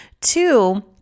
two